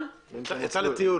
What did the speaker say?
הם הבטיחו לי,